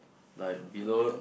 like below